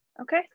Okay